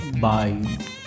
Bye